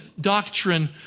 doctrine